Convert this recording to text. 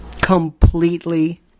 Completely